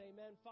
Amen